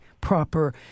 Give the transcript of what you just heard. proper